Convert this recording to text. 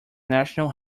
national